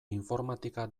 informatika